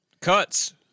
Cuts